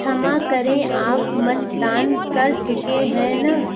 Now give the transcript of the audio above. क्षमा करें आप मतदान कर चुके हैं ना